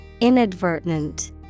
Inadvertent